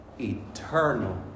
eternal